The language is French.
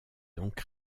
donc